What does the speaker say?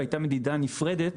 והייתה מדידה נפרדת.